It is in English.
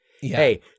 Hey